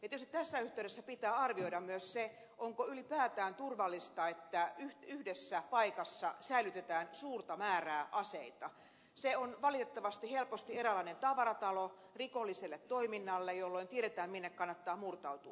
tietysti tässä yhteydessä pitää arvioida myös se onko ylipäätään turvallista että yhdessä paikassa säilytetään suurta määrää aseita se on valitettavasti helposti eräänlainen tavaratalo rikolliselle toiminnalle jolloin tiedetään minne kannattaa murtautua